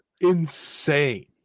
insane